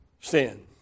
sin